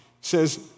says